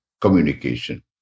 communication